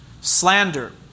Slander